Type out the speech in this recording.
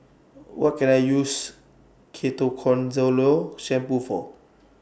What Can I use Ketoconazole Shampoo For